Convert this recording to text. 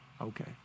Okay